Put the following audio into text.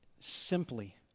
Simply